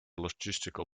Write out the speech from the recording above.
logistical